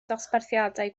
dosbarthiadau